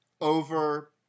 over